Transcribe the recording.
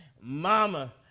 Mama